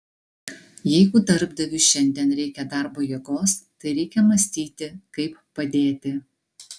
jeigu darbdaviui šiandien reikia darbo jėgos tai reikia mąstyti kaip padėti